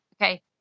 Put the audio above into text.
okay